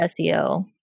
SEO